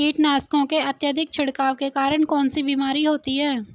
कीटनाशकों के अत्यधिक छिड़काव के कारण कौन सी बीमारी होती है?